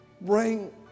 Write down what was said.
Bring